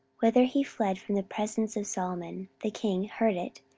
whither he fled from the presence of solomon the king, heard it,